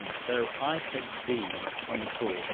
and so i said b one in four,